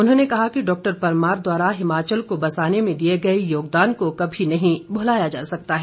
उन्होंने कहा कि डॉक्टर परमार द्वारा हिमाचल को बसाने में दिए गए योगदान को कभी नहीं भुलाया जा सकता है